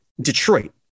Detroit